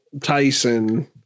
Tyson